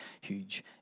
huge